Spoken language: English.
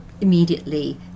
immediately